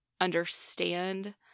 understand